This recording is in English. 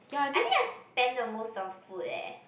I think I spent the most on food eh